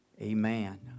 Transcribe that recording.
Amen